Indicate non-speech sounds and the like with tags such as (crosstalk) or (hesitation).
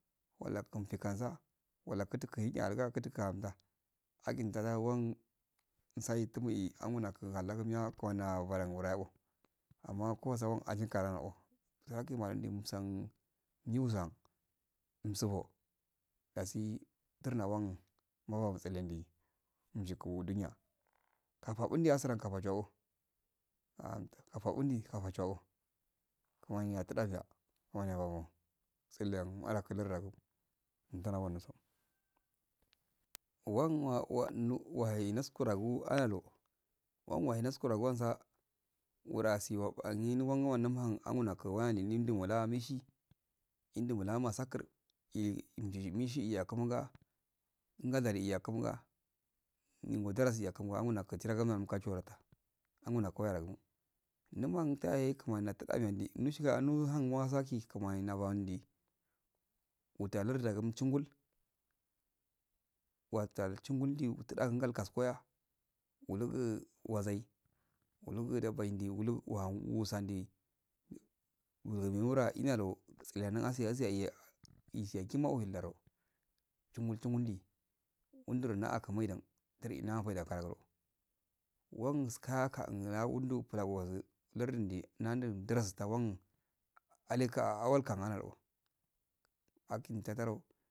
Walla kunfi walla kutun kinyigi alga kud kahouga agitada wana ahitum e anganaka kallaguya kumani afudan wura yago amma kusan ajikara o hakimaro umsan yuzan wusoho dasi tardalkn mawado tsahandi injiku daniya kafa burdi haran kafarijaw (hesitation) kafa undi kaja'o kaman atudaga kunani yabana tsillen alaku radame wan wa whe has kuragu analu wan wahi nsskaragsa wura asi um isagi wan wa nan ham angunakin wami nindi mola mishi indila masakur innishi miya kunga ingajar yayi kunga ndingul darasi yayi kuga anguna kun (hesitation) anganaku wayaoku muman tahe kumani yatudahin gindi nusshiga o nuhun washeki kumani nabandi atuwa lardiyasi num chungal watal changal watal chungal di atudan gural kawas kwaya ulugu wazai wugu dabaidi alugu uhan usandi wuu are analwa alugu whan usarandi man ura enalwa kutsaliyagi asi asi ayi isiyagima whiyaldo chumul chumal di uudro na'an kumaidan tri inma afaidan karan wanska kauna undu flagosu lardia nde naudi darasu tawan alaika awaldu kangu o akin tataro